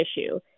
issue